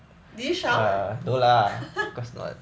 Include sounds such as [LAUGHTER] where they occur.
did you shout [LAUGHS]